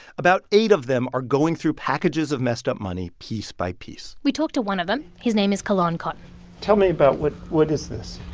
about eight of them are going through packages of messed up money piece by piece we talked to one of them. his name is kolan cotton tell me about what what is this?